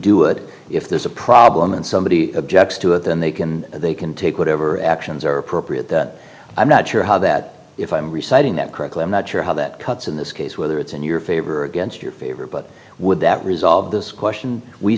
do it if there's a problem and somebody objects to it then they can they can take whatever actions are appropriate i'm not sure how that if i'm reciting that correctly i'm not sure how that cuts in this case whether it's in your favor or against your favor but would that resolve this question we